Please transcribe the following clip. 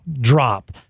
drop